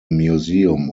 museum